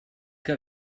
que